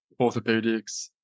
orthopedics